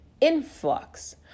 influx